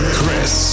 Chris